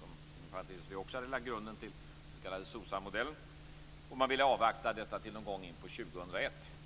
som inom parentes sagt vi också hade lagt grunden till, den s.k. SOCSAM-modellen. Man ville avvakta detta till någon gång in på år 2001.